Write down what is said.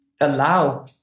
allow